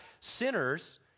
sinners